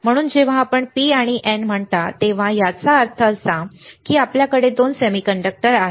म्हणून जेव्हा आपण P आणि N म्हणता तेव्हा याचा अर्थ असा की आपल्याकडे दोन सेमीकंडक्टर आहेत